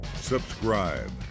Subscribe